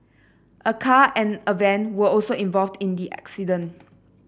a car and a van were also involved in the accident